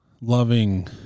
loving